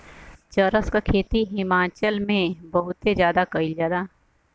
चरस क खेती हिमाचल में बहुते जादा कइल जाला